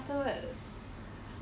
I think quite ex eh